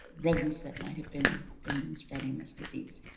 rodents that might have been in spreading this disease.